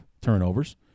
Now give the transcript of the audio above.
turnovers